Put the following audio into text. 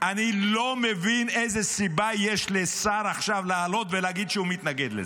אני לא מבין איזו סיבה יש לשר עכשיו לעלות ולהגיד שהוא מתנגד לזה.